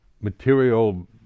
material